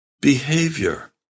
behavior